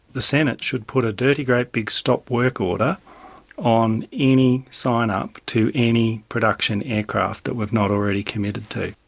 the senate should put a dirty great big stop work order on any sign-up to any production aircraft that we've not already committed to.